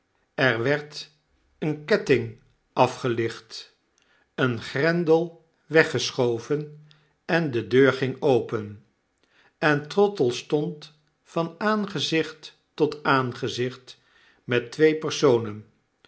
er werd een ketting afgelicht een grendel weggeschoven de deur ging open en trottle stond van aangezicht tot aangezicht met twee personen